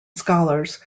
scholars